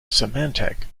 symantec